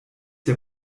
der